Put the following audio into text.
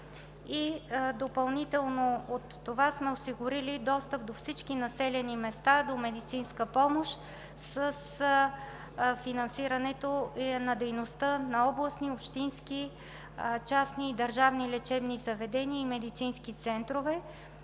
Допълнително от това сме осигурили достъп на всички населени места до медицинска помощ с финансиране на дейността на областни, общински, частни и държавни лечебни заведения и медицински центрове,